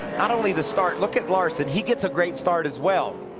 not only the start. look at larson he gets a great start as well.